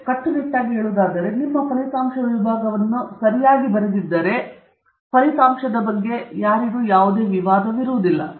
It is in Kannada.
ಆದ್ದರಿಂದ ಕಟ್ಟುನಿಟ್ಟಾಗಿ ಹೇಳುವುದಾದರೆ ನಿಮ್ಮ ಫಲಿತಾಂಶ ವಿಭಾಗವನ್ನು ಸರಿಯಾಗಿ ಬರೆದಿದ್ದರೆ ಫಲಿತಾಂಶದ ಬಗ್ಗೆ ಯಾವುದೇ ವಿವಾದವಿರುವುದಿಲ್ಲ